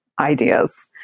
ideas